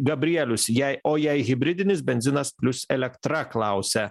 gabrielius jei o jei hibridinis benzinas plius elektra klausia